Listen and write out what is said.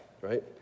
right